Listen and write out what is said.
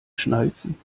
schnalzen